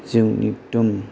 जिउनि एकदम